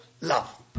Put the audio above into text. Love